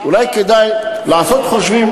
אולי כדאי לעשות חושבים,